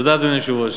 תודה, אדוני היושב-ראש.